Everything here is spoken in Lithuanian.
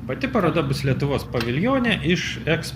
pati paroda bus lietuvos paviljone iš eks